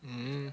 um